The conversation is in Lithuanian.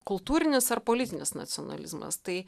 kultūrinis ar politinis nacionalizmas tai